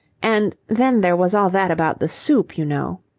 and then there was all that about the soup, you know.